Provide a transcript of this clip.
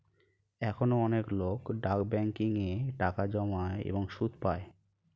এখনো অনেক লোক ডাক ব্যাংকিং এ টাকা জমায় এবং সুদ পায়